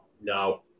No